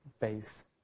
base